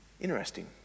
Interesting